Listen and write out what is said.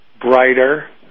brighter